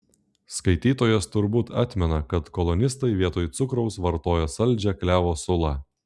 skaitytojas turbūt atmena kad kolonistai vietoj cukraus vartojo saldžią klevo sulą